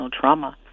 trauma